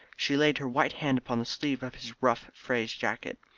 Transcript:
she laid her white hand upon the sleeve of his rough frieze jacket.